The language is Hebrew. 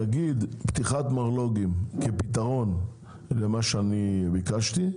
פתיחת מרלו"גים כפתרון למה שאני ביקשתי,